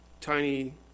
tiny